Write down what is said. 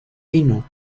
pino